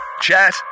chat